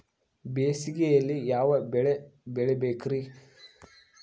ಬೇಸಿಗೆಯಲ್ಲಿ ಯಾವ ಬೆಳೆ ಬೆಳಿಬೇಕ್ರಿ?